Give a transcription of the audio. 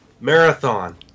Marathon